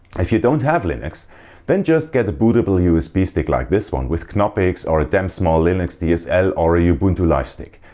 if you don't have linux then just get a bootable usb stick like this one with knoppix or damn small linux dsl or a ubuntu live stick.